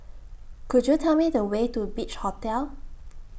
Could YOU Tell Me The Way to Beach Hotel